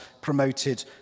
promoted